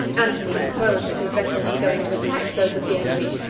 antony supposed that his vessels were going to attack those of the enemy,